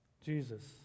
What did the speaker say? Jesus